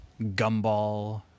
gumball